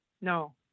No